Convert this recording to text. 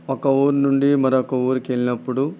ఒక ఊరి నుండి మరొక ఊరికి వెళ్ళినప్పుడు